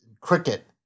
cricket